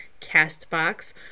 Castbox